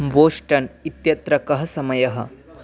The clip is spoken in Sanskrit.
बोस्टन् इत्यत्र कः समयः